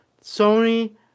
sony